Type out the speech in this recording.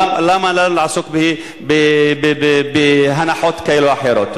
למה לנו לעסוק בהנחות כאלה או אחרות?